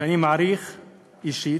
שאני מעריך אישית,